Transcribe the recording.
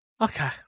okay